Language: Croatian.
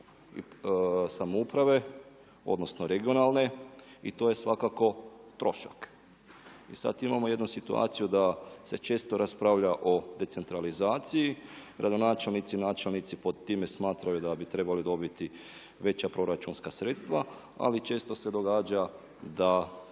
samouprave, odnosno regionalne i to je svakako trošak. I sad imamo jednu situaciju da se često raspravlja o decentralizaciji. Gradonačelnici, načelnici pod time smatraju da bi trebali dobiti veća proračunska sredstva. Ali često se događa da